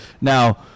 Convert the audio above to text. Now